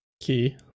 key